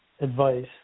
advice